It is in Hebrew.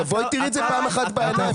תבואי ותראי את זה פעם אחת בעניים,